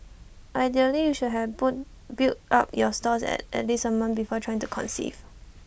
ideally you should have built up your stores at least A month before trying to conceive